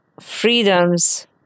freedoms